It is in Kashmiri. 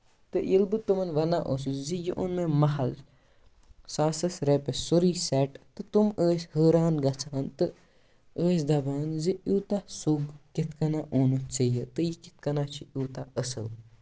تہٕ ییٚلہِ بہٕ تِمَن وَنان اوسُس زِ یہِ اوٚن مےٚ مَحض ساسَس رۄپِیَس سورُے سٮ۪ٹ تہٕ تِم ٲسۍ حٲران گژھان تہٕ ٲسۍ دَپان زِ یوٗتاہ سرٛۅگ کِتھٕ کٔنٮ۪تھ اوٚنُتھ ژےٚ یہِ تہٕ یہِ کِتھٕ کٔنٮ۪تھ چھُ یوٗتاہ اَصٕل